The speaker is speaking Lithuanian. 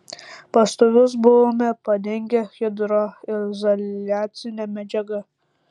pastolius buvome padengę hidroizoliacine medžiaga